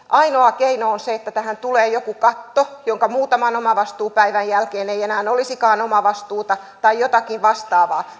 ainoa keino on se että tähän tulee joku katto jonka muutaman omavastuupäivän jälkeen ei enää olisikaan omavastuuta tai jotakin vastaavaa